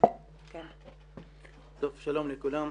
שלום לכולם.